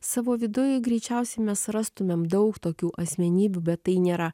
savo viduje greičiausiai mes rastumėm daug tokių asmenybių bet tai nėra